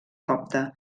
copta